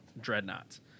dreadnoughts